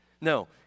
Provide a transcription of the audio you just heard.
No